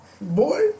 boy